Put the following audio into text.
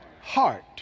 heart